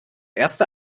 erste